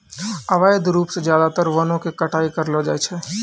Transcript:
अवैध रूप सॅ ज्यादातर वनों के कटाई करलो जाय छै